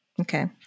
Okay